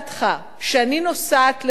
שאני נוסעת לחוץ-לארץ,